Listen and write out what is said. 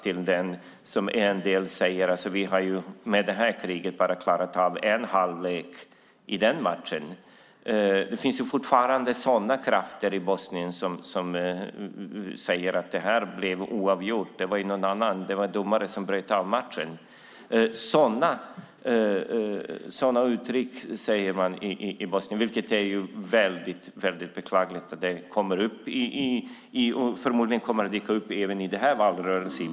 Det finns en del som säger att vi med det krig som var endast klarat av en halvlek i matchen. Det finns fortfarande krafter i Bosnien som säger att det blev oavgjort, att domaren avbröt matchen. Sådana uttryck används i Bosnien, vilket är mycket, mycket beklagligt. Förmodligen dyker de upp även i valrörelsen.